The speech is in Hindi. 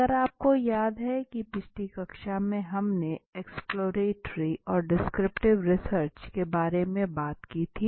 अगर आपको याद है कि पिछली कक्षा में हमने एक्सप्लोरेटरी और डिस्क्रिप्टिव रिसर्च के बारे में बात की थी